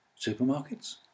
Supermarkets